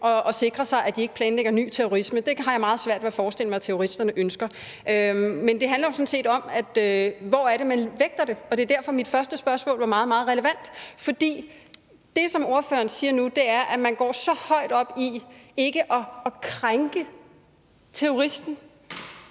og sikre sig, at de ikke planlægger ny terrorisme. Det har jeg meget svært ved at forestille mig terroristerne ønsker. Men det handler jo sådan set om, hvor det er, man vægter det, og det er derfor, at mit første spørgsmål var meget, meget relevant. Det, som ordføreren siger nu, er, at man går så højt op i ikke at krænke terroristen